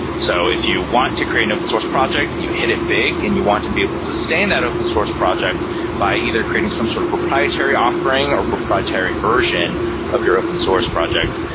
so if you want to create an open source project, you hit it big and you want to be able to stay in that open source project by either creating some sort of proprietary offering or proprietary version of your open source project,